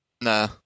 Nah